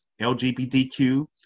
LGBTQ